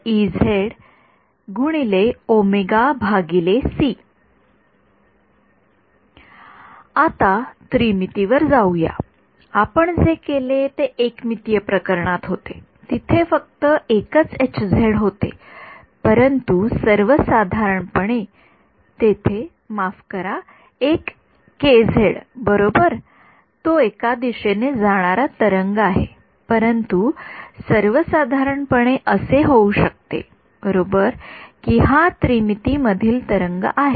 विद्यार्थी आता त्रिमिती वर जाऊ या आपण जे केले ते एक मितीय प्रकरणात होते जिथे फक्त एकच होते परंतु सर्वसाधारणपणे तेथे माफ करा एक बरोबर तो एका दिशेने जाणारा तरंग आहे परंतु सर्वसाधारणपणे असे होऊ शकते बरोबर की हा त्रिमिती मधील तरंग आहे